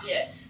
Yes